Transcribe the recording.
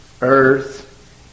earth